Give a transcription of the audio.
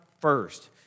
first